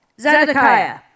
Zedekiah